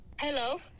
Hello